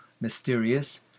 mysterious